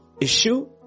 issue